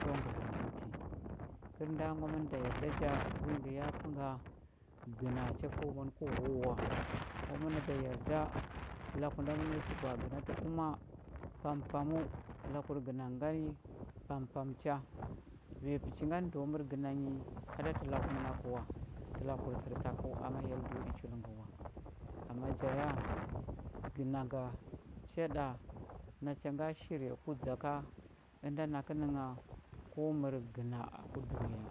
Cho ngatə mən ti kəl nda ngwa mən da yarda ja wwi ngə ya pə nga gəna cha fəu mən ku hu u wa ngwa muna da yarda laku nda məno ki gwa-a gəna tə kuma pampaməu lakur gəna ngə ngani pampam cha vanya pəchi ngani ndəo mər gəna nyi a a tə laku mənakə wa lakur sərtakəu ama hyell do i chul ngə wa ama ja ya gəna nga cha ɗa nacha nga shirya ku dza ka ənda nakə nəngha ko mər gəna ku dunəya